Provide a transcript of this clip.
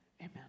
Amen